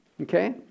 Okay